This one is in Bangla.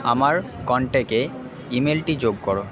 আমার কন্ট্যাক্টে ইমেলটি যোগ করো